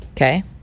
Okay